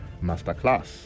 Masterclass